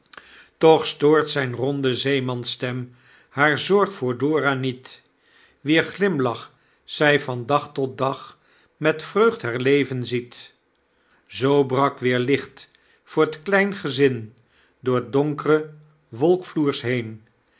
toch stoort zyn ronde zeemansstem haar zorg voor dora niet wier glimlach zy van dag tot dag met vreugd herleven ziet zoo brak weer licht voor t klein gezin door t doekre wolkfloers heen